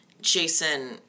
Jason